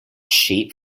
sheep